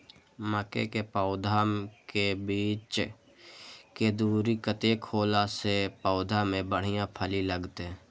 मके के पौधा के बीच के दूरी कतेक होला से पौधा में बढ़िया फली लगते?